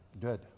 Good